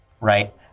right